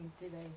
today